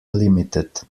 limited